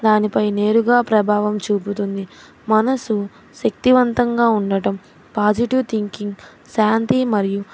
దానిపై నేరుగా ప్రభావం చూపుతుంది మనసు శక్తివంతంగా ఉండటం పాజిటివ్ థింకింగ్ శాంతి మరియు